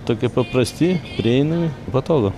tokie paprasti prieinami patogu